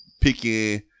picking